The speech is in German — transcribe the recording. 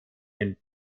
den